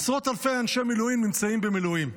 עשרות אלפי אנשי מילואים נמצאים במילואים.